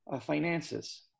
finances